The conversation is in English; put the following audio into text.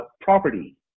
Property